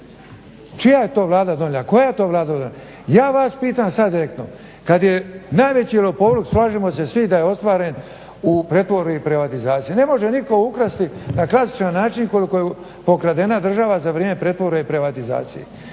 Čija je to Vlada donijela? Koja je to Vlada donijela? Ja vas pitam sad direktno, kad je najveći lopovluk, slažemo se svi da je ostvaren u pretvorbi i privatizaciji, ne može nitko ukrasti na klasičan način koliko je pokradena država za vrijeme pretvorbe i privatizacije.